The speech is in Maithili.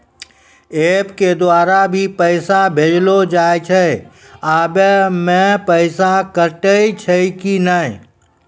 एप के द्वारा भी पैसा भेजलो जाय छै आबै मे पैसा कटैय छै कि नैय?